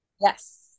Yes